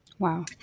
Wow